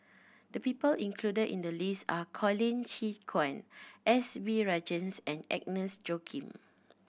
the people included in the list are Colin Qi Quan S B Rajhans and Agnes Joaquim